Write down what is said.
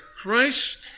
Christ